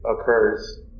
occurs